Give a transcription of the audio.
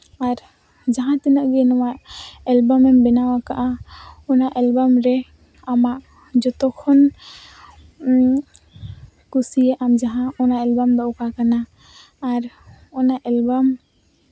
ᱟᱨ ᱡᱟᱦᱟᱸ ᱛᱤᱱᱟᱹᱜ ᱜᱮ ᱱᱚᱣᱟ ᱮᱞᱵᱟᱢ ᱮᱢ ᱵᱮᱱᱟᱣ ᱟᱠᱟᱜᱼᱟ ᱚᱱᱟ ᱮᱞᱵᱟᱢ ᱨᱮ ᱟᱢᱟᱜ ᱡᱚᱛᱚ ᱠᱷᱚᱱ ᱠᱩᱥᱤᱭᱟᱜ ᱟᱢ ᱡᱟᱦᱟᱸ ᱚᱱᱟ ᱮᱞᱵᱟᱢ ᱫᱚ ᱚᱠᱟ ᱠᱟᱱᱟ ᱟᱨ ᱚᱱᱟ ᱮᱞᱵᱟᱢ